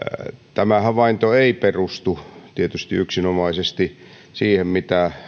tämä havainto ei perustu tietystikään yksinomaisesti siihen mitä